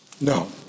No